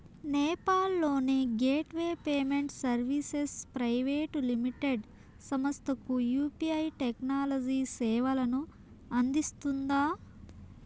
నేపాల్ లోని gateway payment services private limited సంస్థకు UPI technology సేవలను అందిస్తుందా?